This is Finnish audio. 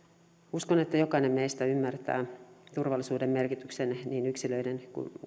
uskon että jokainen meistä ymmärtää turvallisuuden merkityksen niin yksilöiden